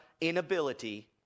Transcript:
inability